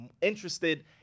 interested